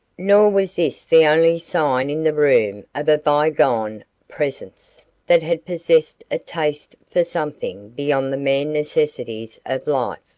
nor was this the only sign in the room of a bygone presence that had possessed a taste for something beyond the mere necessities of life.